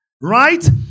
right